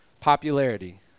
popularity